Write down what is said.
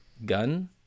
gun